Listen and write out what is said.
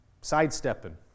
sidestepping